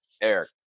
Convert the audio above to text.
Eric